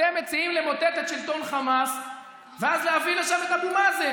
אתם מציעים למוטט את שלטון חמאס ואז להביא לשם את אבו מאזן.